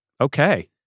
Okay